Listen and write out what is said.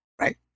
right